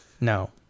no